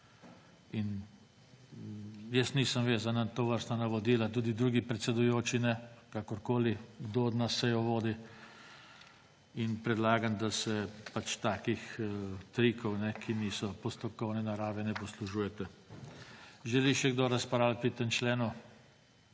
Jaz nisem vezan na tovrstna navodila, tudi drugi predsedujoči ne, kakorkoli, kdor od nas sejo vodo. Predlagam, da se takih trikov, ki niso postopkovne narave, ne poslužujete. Želi še kdo razpravo o tem členu?